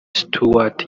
stuart